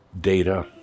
data